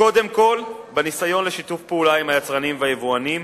קודם כול בניסיון לשיתוף פעולה עם היצרנים והיבואנים,